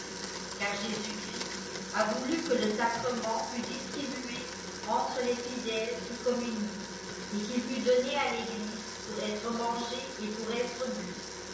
car jésus çhrlst a voulu que je sacrement fùl dislribuè enlre les fidèles qui communient et quîl fût donné à l'eglise pour être mangéict oour être bu